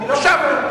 אז שבנו.